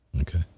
Okay